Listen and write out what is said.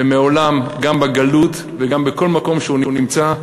ומעולם, גם בגלות, וגם בכל מקום שהוא נמצא,